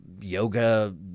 yoga